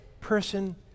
person